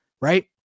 right